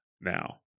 now